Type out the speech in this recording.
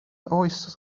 oes